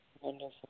Wonderful